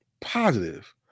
positive